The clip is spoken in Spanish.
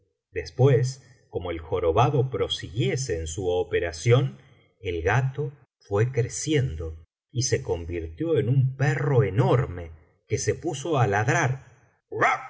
después como el jorobado prosiguiese en su operación el gato fué creciendo y se convirtió en un perro enorme que se puso á ladrar